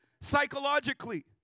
psychologically